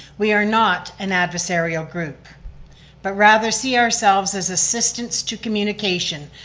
we are not an adversarial group but rather see ourselves as assistance to communication,